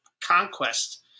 conquest